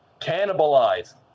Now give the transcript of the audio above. cannibalize